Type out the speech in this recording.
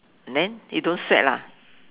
then you don't sweat lah